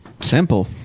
Simple